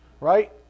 Right